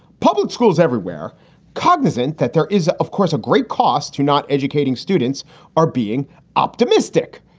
public schools everywhere cognizant that there is, of course, a great cost to not educating students are being optimistic,